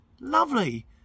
Lovely